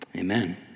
Amen